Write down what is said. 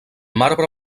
marbre